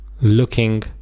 looking